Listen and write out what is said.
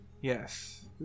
Yes